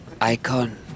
icon